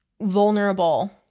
vulnerable